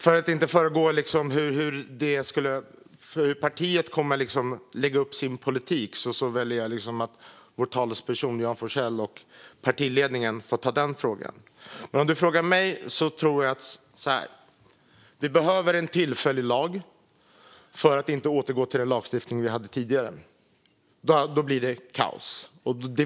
För att inte föregå hur partiet kommer att lägga upp sin politik väljer jag att vår talesperson Johan Forssell och partiledningen får ta den frågan. Men om du frågar mig kan jag säga att jag tror att vi behöver en tillfällig lag för att inte återgå till den lagstiftning vi hade tidigare, för då blir det kaos.